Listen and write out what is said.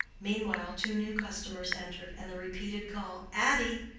meanwhile two new customers entered, and the repeated call, addy!